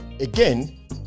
again